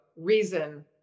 reason